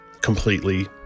completely